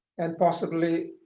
and possibly